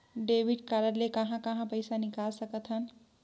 Debit card ले कहां कहां पइसा निकाल सकथन?